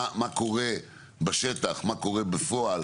כלומר, מה קורה בשטח, מה קורה בפועל,